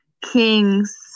King's